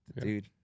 Dude